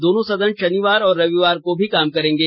दोनों सदन शनिवार और रविवार को भी काम करेंगे